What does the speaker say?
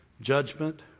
judgment